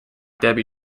debbie